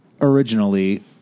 originally